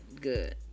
good